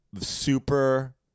super